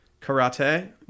Karate